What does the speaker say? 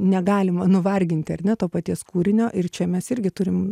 negalima nuvarginti ar ne to paties kūrinio ir čia mes irgi turim